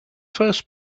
first